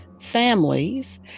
families